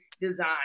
design